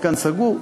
מתקן סגור,